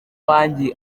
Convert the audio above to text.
wanjye